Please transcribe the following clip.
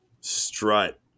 strut